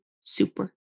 super